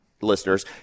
Listeners